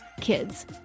kids